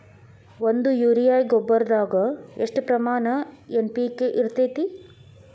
ಒಂದು ಯೂರಿಯಾ ಗೊಬ್ಬರದಾಗ್ ಎಷ್ಟ ಪ್ರಮಾಣ ಎನ್.ಪಿ.ಕೆ ಇರತೇತಿ?